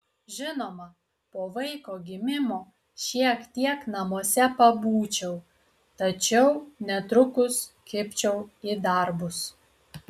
žinoma po vaiko gimimo šiek tiek namuose pabūčiau tačiau netrukus kibčiau į darbus